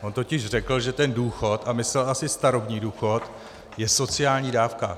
On totiž řekl, že ten důchod a myslel asi starobní důchod je sociální dávka.